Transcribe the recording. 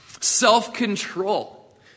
Self-control